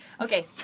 Okay